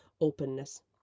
openness